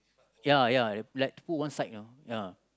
ya ya like put one side you know ya